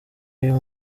uyu